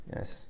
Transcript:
Yes